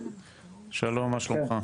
שלום מה שלומך?